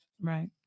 right